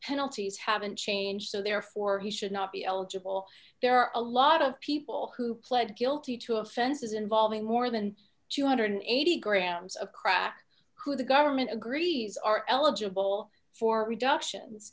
penalties haven't changed so therefore he should not be eligible there are a lot of people who pled guilty to offenses involving more than two hundred and eighty grams of crack who the government agrees are eligible for